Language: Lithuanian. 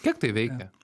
kiek tai veikia